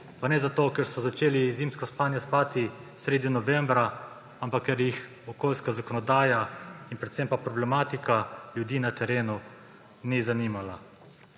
pa ne zato, ker so začeli zimsko spanje spati sredi novembra, ampak ker jih okoljska zakonodaja in predvsem pa problematika ljudi na terenu ni zanimala.